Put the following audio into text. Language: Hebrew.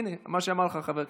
הינה, מה שאמר לך חבר הכנסת,